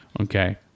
Okay